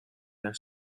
their